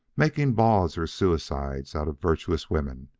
making bawds or suicides out of virtuous women,